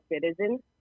citizen